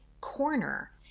corner